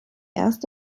erst